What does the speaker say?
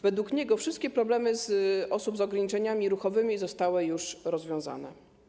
Według niego wszystkie problemy osób z ograniczeniami ruchowymi zostały już rozwiązane.